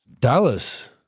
Dallas